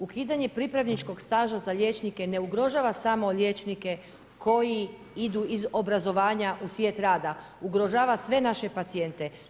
Ukidanje pripravničkog staža za liječnike ne ugrožava samo liječnike koji idu iz obrazovanja u svijet rada, ugrožava sve naše pacijente.